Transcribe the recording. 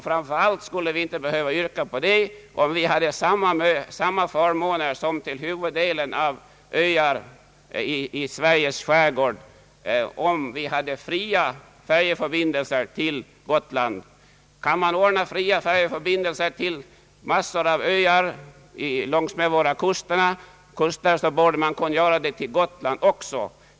Framför allt behövde vi inte yrka på detta om vi hade samma förmåner som huvuddelen av öarna i Sveriges skärgård, dvs. om vi hade fria färjeförbindelser till Gotland. Om man kan ordna fria färjeförbindelser till en mängd öar utmed våra kuster borde man också kunna göra det till Gotland.